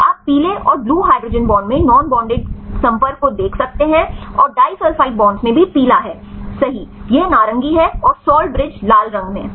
आप पीले और ब्लू हाइड्रोजन बॉन्ड में नोन बॉंडेड संपर्क को देख सकते हैं और डाइसल्फ़ाइड बॉन्ड में भी पीला है सही यह नारंगी है और साल्ट ब्रिज लाल रंग में